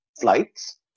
flights